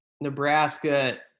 Nebraska